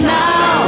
now